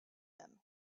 him